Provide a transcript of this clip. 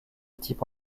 type